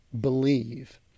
believe